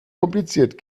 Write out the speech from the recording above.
kompliziert